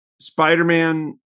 Spider-Man